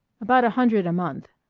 about a hundred a month.